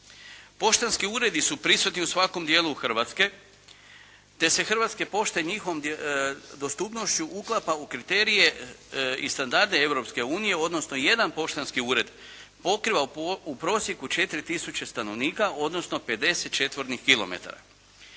Poštanski uredi su prisutni u svakom dijelu Hrvatske te se Hrvatske pošte njihovom dostupnošću uklapa u kriterije i standarde Europske unije, odnosno jedan poštanski ured pokriva u prosjeku 4 tisuće stanovnika odnosno 50